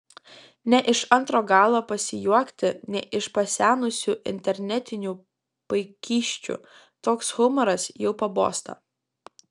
ne iš antro galo pasijuokti ne iš pasenusių internetinių paikysčių toks humoras jau pabosta